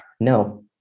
No